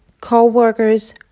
co-workers